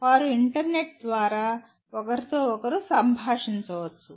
వారు ఇంటర్నెట్ ద్వారా ఒకరితో ఒకరు సంభాషించవచ్చు